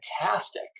fantastic